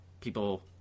people